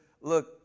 look